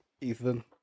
ethan